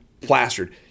plastered